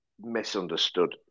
Misunderstood